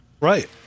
Right